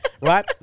Right